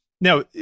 Now